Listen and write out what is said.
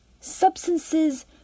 Substances